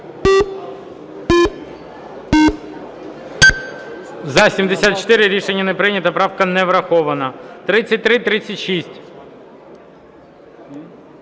За-74 Рішення не прийнято. Правка не врахована. 3336.